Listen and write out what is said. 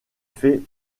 fait